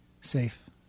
safe